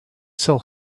sell